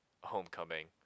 homecoming